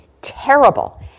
terrible